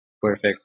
perfect